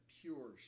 pure